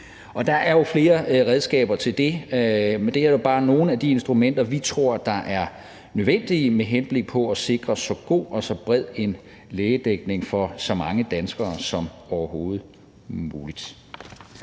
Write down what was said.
Der er jo flere redskaber til det, men det her er bare nogle af de instrumenter, vi tror er nødvendige med henblik på at sikre så god og så bred en lægedækning for så mange danskere som overhovedet muligt.